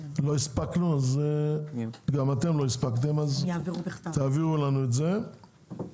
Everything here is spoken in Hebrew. לא הספקנו וגם אתם לא הספקתם אז תעבירו לנו את זה.